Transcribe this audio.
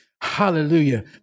Hallelujah